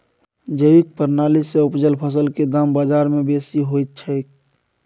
जैविक प्रणाली से उपजल फसल के दाम बाजार में बेसी होयत छै?